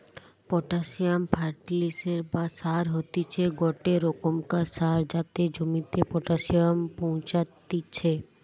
potassium ফার্টিলিসের বা সার হতিছে গটে রোকমকার সার যাতে জমিতে পটাসিয়াম পৌঁছাত্তিছে